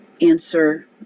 answer